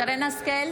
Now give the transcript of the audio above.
(קוראת בשם חברת הכנסת)